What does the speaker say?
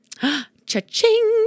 Cha-ching